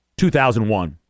2001